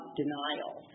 denial